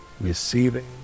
receiving